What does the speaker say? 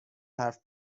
حرف